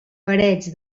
parets